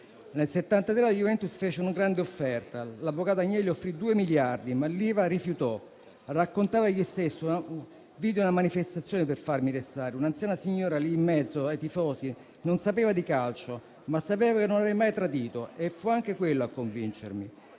Nel 1973 la Juventus fece una grande offerta: l'avvocato Agnelli offrì 2 miliardi, ma Riva rifiutò. Raccontava egli stesso: "Vidi una manifestazione per farmi restare. Un'anziana signora, lì in mezzo ai tifosi, non sapeva di calcio, ma sapeva che non avrei mai tradito. E fu anche quello a convincermi".